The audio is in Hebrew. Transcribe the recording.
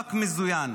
במאבק מזוין,